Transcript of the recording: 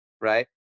right